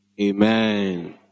amen